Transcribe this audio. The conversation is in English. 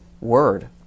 word